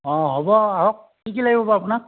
অঁ হ'ব আহক কি কি লাগিব বাৰু আপোনাক